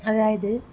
അതായത്